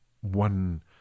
one